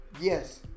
yes